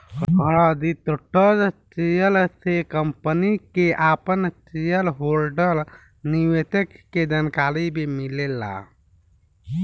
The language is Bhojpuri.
रजिस्टर्ड शेयर से कंपनी के आपन शेयर होल्डर निवेशक के जानकारी भी मिलेला